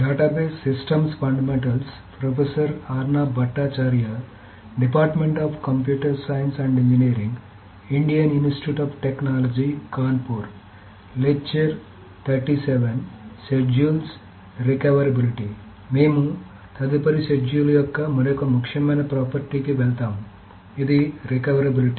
మేము తదుపరి షెడ్యూల్ యొక్క మరొక ముఖ్యమైన ప్రాపర్టీ కి వెళ్తాము ఇది రికావెరాబిలిటి